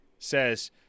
says